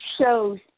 shows